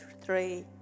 three